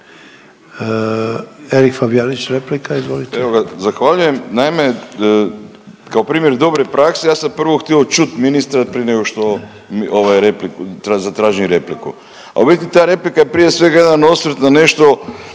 Erik Fabijanić replika izvolite.